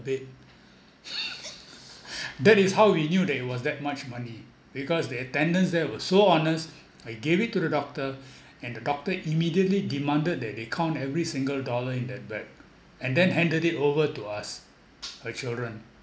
bed that is how we knew that it was that much money because the attendants there were so honest I gave it to the doctor and the doctor immediately demanded that they count every single dollar in that bag and then handed it over to us her children